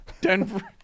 Denver